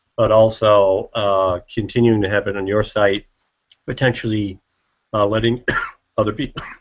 but also ah continuing to have it on your site potentially letting other people